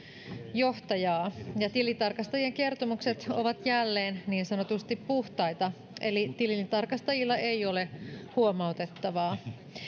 johtajaa ja tilintarkastajien kertomukset ovat jälleen niin sanotusti puhtaita eli tilintarkastajilla ei ole huomautettavaa